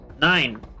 Nine